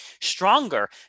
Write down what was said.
stronger